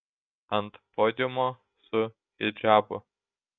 ant podiumo su hidžabu